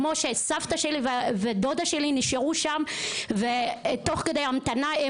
כמו שסבתא שלי ודודה שלי נשארו שם ותוך כדי המתנה,